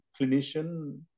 clinician